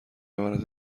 عبارت